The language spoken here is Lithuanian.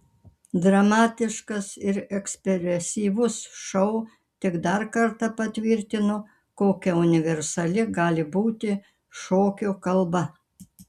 dramatiškas ir ekspresyvus šou tik dar kartą patvirtino kokia universali gali būti šokio kalba